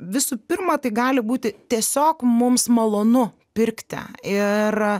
visų pirma tai gali būti tiesiog mums malonu pirkti ir